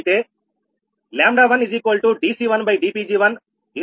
అయితే 1dC1dPg10